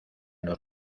los